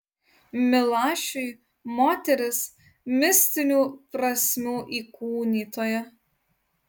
milašiui moteris mistinių prasmių įkūnytoja